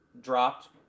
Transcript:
dropped